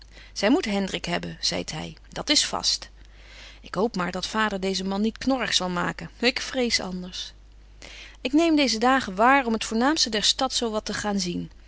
zy moet hendrik hebben zeit hy dat is vast ik hoop maar dat vader deezen man niet knorrig zal maken ik vrees anders ik neem deeze dagen waar om het voornaamste der stad zo wat te gaan zien